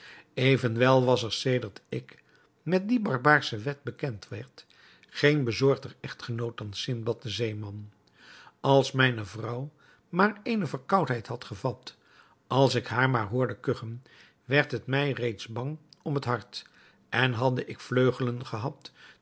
evenwel was er sedert ik met die barbaarsche wet bekend werd geen bezorgder echtgenoot dan sindbad de zeeman als mijne vrouw maar eene verkoudheid had gevat als ik haar maar hoorde kugchen werd het mij reeds bang om het hart en hadde ik vleugelen gehad